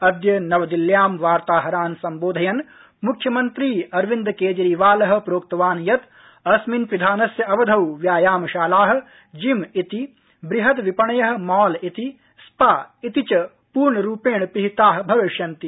अद्य नवदिल्ल्यां वार्ताहरान् सम्बोधयन् मुख्यमन्त्री अरविन्द केजरीवाल प्रोक्तवान् यत् अस्मिन् पिधानस्य अवधौ व्यायामशाला जिम इति बृहद् विपणय मॉल इति स्पा इति च पूर्णरूपेण पिहिता भविष्यन्ति